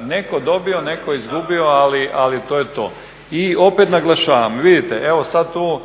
netko dobio, netko izgubio ali to je to. I opet naglašavam i vidite evo sada tu